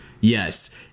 Yes